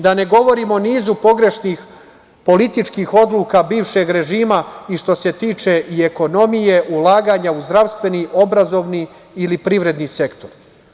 Da ne govorim o nizu politički pogrešnih odluka bivšeg režima i što se tiče i ekonomije, ulaganja u zdravstveni, obrazovani ili privredni sektor.